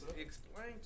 explain